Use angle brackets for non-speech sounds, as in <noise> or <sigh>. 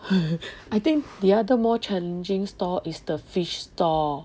<laughs> I think the other more challenging stall is the fish stall